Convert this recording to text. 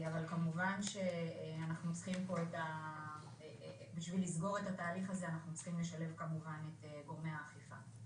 אבל בשביל לסגור את התהליך הזה אנחנו צריכים לשלב את גורמי האכיפה.